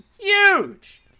huge